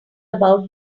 about